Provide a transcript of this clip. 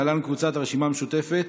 להלן: קבוצת הרשימה המשותפת.